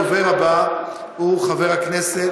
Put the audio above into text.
הדובר הבא הוא חבר הכנסת,